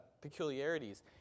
peculiarities